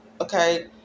okay